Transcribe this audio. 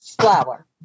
flour